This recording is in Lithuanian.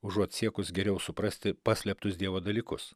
užuot siekus geriau suprasti paslėptus dievo dalykus